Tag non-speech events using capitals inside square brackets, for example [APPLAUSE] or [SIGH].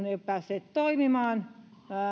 [UNINTELLIGIBLE] eivät ole päässeet toimimaan